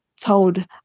told